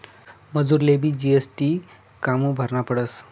मजुरलेबी जी.एस.टी कामु भरना पडस?